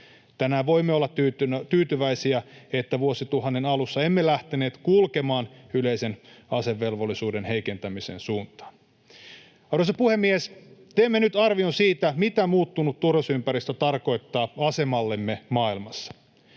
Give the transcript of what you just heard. Tänään voimme olla tyytyväisiä, että vuosituhannen alussa emme lähteneet kulkemaan yleisen asevelvollisuuden heikentämisen suuntaan. Arvoisa puhemies! Teemme nyt arvion siitä, mitä muuttunut turvallisuusympäristö tarkoittaa asemallemme maailmassa.